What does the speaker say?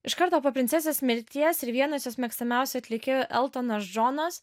iš karto po princesės mirties ir vienas jos mėgstamiausių atlikėjų eltonas džonas